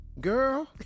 Girl